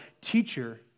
teacher